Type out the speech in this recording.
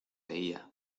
leía